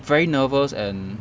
very nervous and